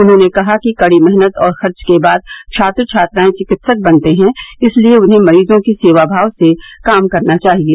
उन्होंने कहा कि कड़ी मेहनत और खर्च के बाद छात्र छात्राएं चिकित्सक बनते हैं इसलिये उन्हें मरीजों की सेवा भाव से काम करना चाहिये